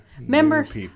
members